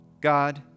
God